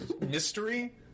mystery